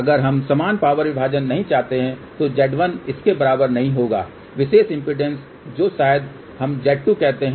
अगर हम समान पावर विभाजन नहीं चाहते हैं तो Z1 इसके बराबर नहीं होगा विशेष इम्पीडेन्स जो शायद हम Z2 कहते हैं